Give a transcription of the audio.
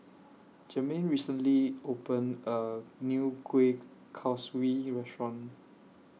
Germaine recently opened A New Kuih Kaswi Restaurant